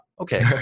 okay